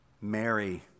Mary